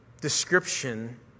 description